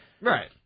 Right